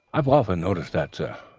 i've often noticed that, sir.